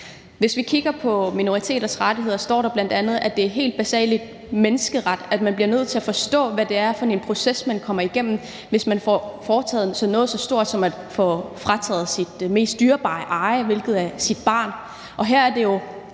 Hvis vi kigger på minoriteters rettigheder, står der bl.a., at det er en helt basal menneskeret, at man bliver nødt til at forstå, hvad det er for en proces, man kommer igennem, hvis man får foretaget noget så stort som at blive frataget sit mest dyrbare eje, hvilket er ens barn.